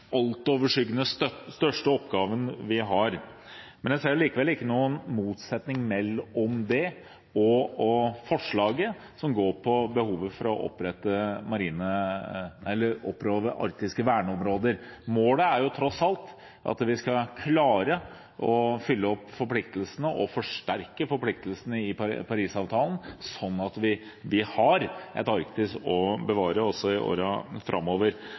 altoverskyggende største oppgaven vi har. Jeg ser allikevel ikke noen motsetning mellom det og forslaget som handler om behovet for å opprette arktiske verneområder. Målet er tross alt at vi skal klare å oppfylle og forsterke forpliktelsene i Parisavtalen, slik at vi har et Arktis å bevare også i årene framover.